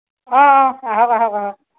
অঁ অঁ আহক আহক আহক